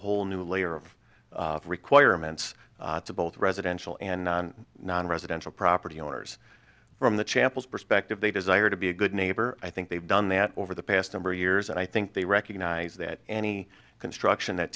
whole new layer of requirements to both residential and nonresidential property owners from the chappells perspective they desire to be a good neighbor i think they've done that over the past number of years and i think they recognize that any construction that